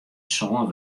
sân